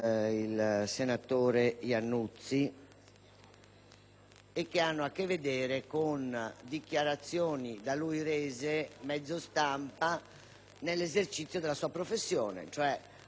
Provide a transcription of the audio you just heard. e che hanno a che vedere con dichiarazioni da lui rese a mezzo stampa nell'esercizio della sua professione. In sostanza, attraverso articoli sul quotidiano «il Giornale»,